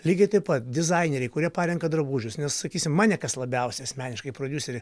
lygiai taip pat dizaineriai kurie parenka drabužius nes sakysim mane kas labiausiai asmeniškai prodiuserį